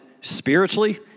spiritually